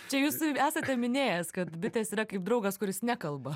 čia jūs esate minėjęs kad bitės yra kaip draugas kuris nekalba